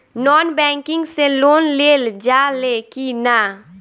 Non banking से loan लेल जा ले कि ना?